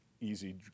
easy